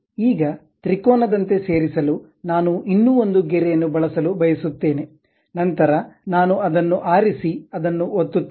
ಈಗ ತ್ರಿಕೋನದಂತೆ ಸೇರಿಸಲು ನಾನು ಇನ್ನೂ ಒಂದು ಗೆರೆಯನ್ನು ಬಳಸಲು ಬಯಸುತ್ತೇನೆ ನಂತರ ನಾನು ಅದನ್ನು ಆರಿಸಿ ಅದನ್ನು ಒತ್ತುತ್ತೇನೆ